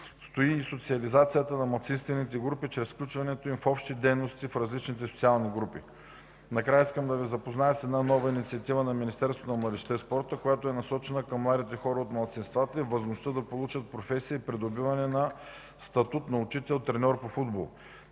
стои и социализацията на малцинствените групи чрез включването им в общи дейности в различните социални групи. Накрая искам да Ви запозная с една нова инициатива на Министерството на младежта и спорта, която е насочена към младите хора от малцинствата и възможността да получат професия и придобиване на статут на учител – треньор по футбол.